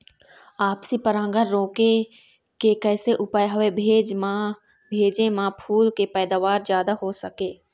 आपसी परागण रोके के कैसे उपाय हवे भेजे मा फूल के पैदावार जादा हों सके?